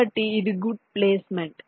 కాబట్టి ఇది good placement